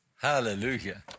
Hallelujah